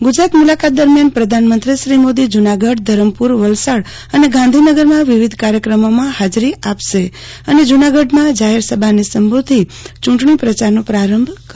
ગુજરાત મુલાકાત દરમ્યાન પ્રધાનમંત્રી શ્રી મોદી જુનાગઢ ફ્હરમપુ ર વલસાડ અને ગાંધીનગરમાં વિવિધ કાર્યક્રમોમાં હાજરી આપશે અને જુનાગઢમાં જાહેરસભાને સંબોધી ચું ટણી પ્રચારનો પ્રારંભ કરશે